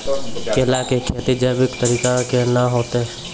केला की खेती जैविक तरीका के ना होते?